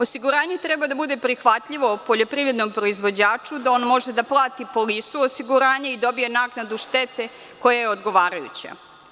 Osiguranje treba da bude prihvatljivo poljoprivrednom proizvođaču da on može da plati polisu osiguranja i dobije naknadu štete koja je odgovarajuća.